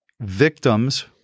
victims